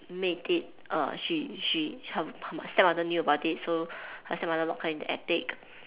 make it err she she her her stepmother knew about it so her stepmother locked her in the attic